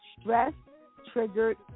stress-triggered